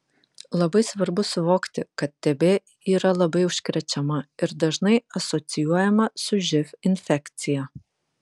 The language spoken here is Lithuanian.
labai svarbu suvokti kad tb yra labai užkrečiama ir dažnai asocijuojama su živ infekcija